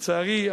לצערי,